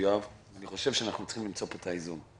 יואב ואני חושב שאנחנו צריכים למצוא פה את האיזון.